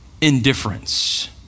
indifference